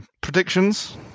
Predictions